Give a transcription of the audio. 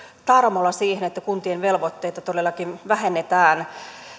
tarmolla siihen että kuntien velvoitteita todellakin vähennetään